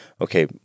okay